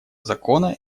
закона